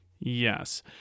Yes